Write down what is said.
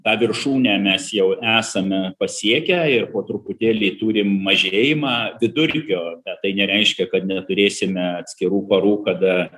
tą viršūnę mes jau esame pasiekę ir po truputėlį turim mažėjimą vidurkio bet tai nereiškia kad neturėsime atskirų parų kada